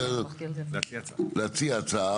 להציע הצעה,